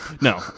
No